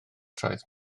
traeth